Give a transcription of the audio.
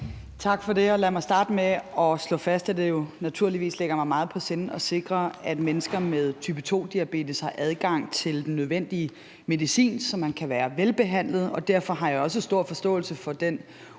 Tak for det, og lad mig starte med at slå fast, at det jo naturligvis ligger mig meget på sinde at sikre, at mennesker med type 2-diabetes har adgang til den nødvendige medicin, så man kan være velbehandlet, og derfor har jeg også stor forståelse for den usikkerhed,